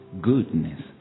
goodness